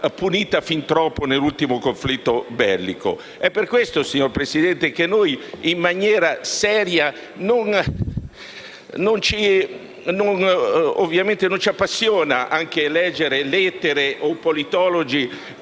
È per questo, signor Presidente, che in maniera seria non ci appassioniamo a leggere lettere o politologi